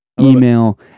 Email